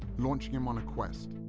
launching him on a quest,